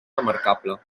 remarcable